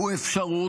הוא אפשרות.